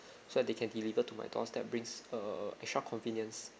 so that they can deliver to my doorstep brings err extra convenience